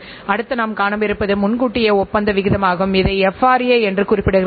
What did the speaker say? வாடிக்கையாளரின் முக்கியத்துவம் என்ன என்பதை அவர்கள் அறிவார்கள்